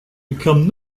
become